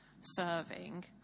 serving